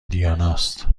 دیاناست